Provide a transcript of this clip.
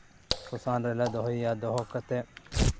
ᱥᱚᱥᱟᱱ ᱨᱮᱞᱮ ᱫᱚᱦᱚᱭᱭᱟ ᱫᱚᱦᱚ ᱠᱟᱛᱮᱫ